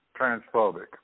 transphobic